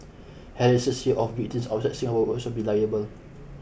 harassers here of victims outside Singapore will also be liable